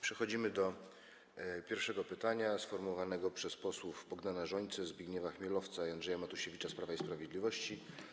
Przechodzimy do pierwszego pytania sformułowanego przez posłów Bogdana Rzońcę, Zbigniewa Chmielowca i Andrzeja Matusiewicza z Prawa i Sprawiedliwości.